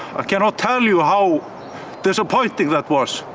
can not tell you how disappointing that was.